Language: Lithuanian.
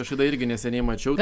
kažkada irgi neseniai mačiau